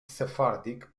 sephardic